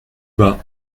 bas